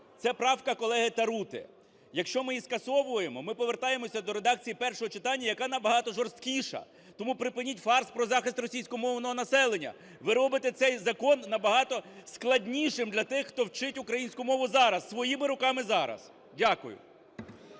Це правка колеги Тарути. Якщо ми її скасовуємо, ми повертаємося до редакції першого читання, яка набагато жорсткіша. Тому припиніть фарс про захист російськомовного населення. Ви робите цей закон набагато складнішим для тих, хто вчить українську мову зараз, своїми руками зараз. Дякую.